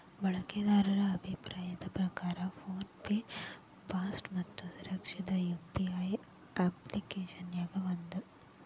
ಬಳಕೆದಾರರ ಅಭಿಪ್ರಾಯದ್ ಪ್ರಕಾರ ಫೋನ್ ಪೆ ಫಾಸ್ಟ್ ಮತ್ತ ಸುರಕ್ಷಿತವಾದ ಯು.ಪಿ.ಐ ಅಪ್ಪ್ಲಿಕೆಶನ್ಯಾಗ ಒಂದ